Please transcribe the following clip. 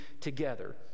together